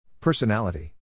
Personality